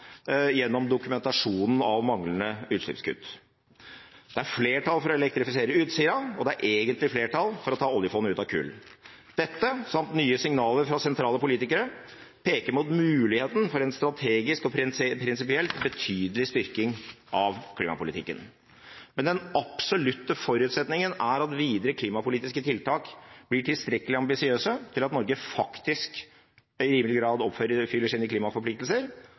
gjennom dokumentasjonen av manglende utslippskutt. Det er flertall for å elektrifisere Utsira, og det er egentlig flertall for å trekke oljefondet ut av kullselskaper. Dette, samt nye signaler fra sentrale politikere, peker mot muligheten for en strategisk og prinsipielt betydelig styrking av klimapolitikken. Men den absolutte forutsetningen er at videre klimapolitiske tiltak blir tilstrekkelig ambisiøse til at Norge faktisk i rimelig grad oppfyller sine klimaforpliktelser,